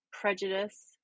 prejudice